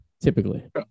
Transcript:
Typically